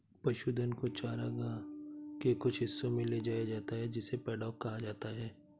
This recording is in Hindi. पशुधन को चरागाह के कुछ हिस्सों में ले जाया जाता है जिसे पैडॉक कहा जाता है